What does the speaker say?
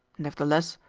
nevertheless,